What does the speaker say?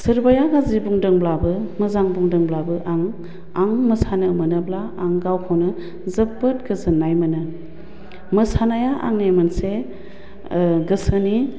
सोरबाया गाज्रि बुंदोंब्लाबो मोजां बुंदोंब्लाबो आं आं मोसानो मोनोब्ला आं गावखौनो जोबोद गोजोन्नाय मोनो मोसानाया आंनि मोनसे गोसोनि